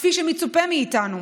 כפי שמצופה מאיתנו.